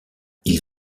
ils